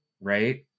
right